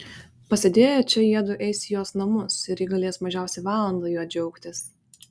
pasėdėję čia jiedu eis į jos namus ir ji galės mažiausiai valandą juo džiaugtis